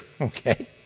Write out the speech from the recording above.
okay